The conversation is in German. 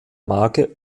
marke